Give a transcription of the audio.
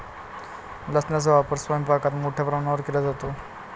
लसणाचा वापर स्वयंपाकात मोठ्या प्रमाणावर केला जातो